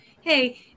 Hey